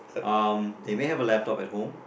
um they may have a laptop at home